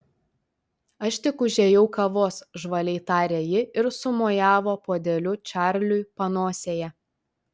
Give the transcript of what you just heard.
aš tik užėjau kavos žvaliai tarė ji ir sumojavo puodeliu čarliui panosėje